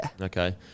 Okay